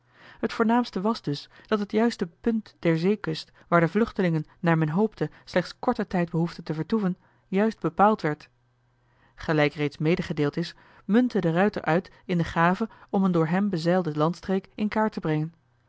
t voornaamste was dus dat het juiste punt der zeekust waar de vluchtelingen naar men hoopte slechts korten tijd behoefden te vertoeven juist bepaald werd gelijk reeds medegedeeld is muntte de ruijter uit in de gave om een door hem bezeilde landstreek in kaart te brengen